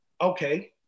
okay